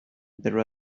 there